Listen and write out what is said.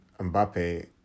Mbappe